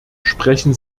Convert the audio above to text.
sprechen